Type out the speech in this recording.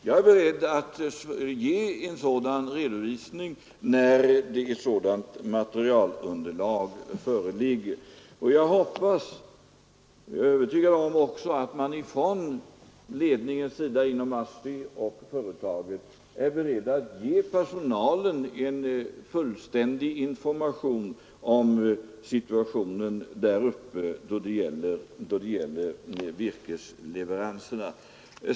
Jag är beredd att ge en sådan redovisning när underlag föreligger, och jag hoppas att man från ASSI-ledningens och företagets sida är beredd att ge personalen en fullständig information om situationen däruppe då det gäller virkesleveranserna.